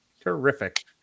Terrific